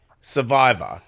Survivor